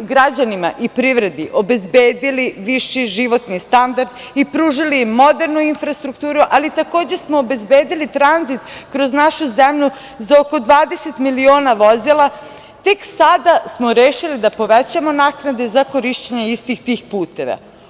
građanima i privredi obezbedili viši životni standard i pružili modernu infrastrukturu, ali takođe smo obezbedili tranzit kroz našu zemlju za oko 20 miliona vozila, tek sada smo rešili da povećamo naknade za korišćenje istih tih puteva.